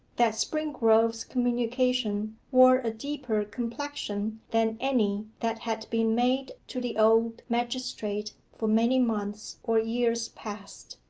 that springrove's communication wore a deeper complexion than any that had been made to the old magistrate for many months or years past.